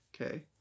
Okay